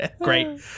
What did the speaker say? Great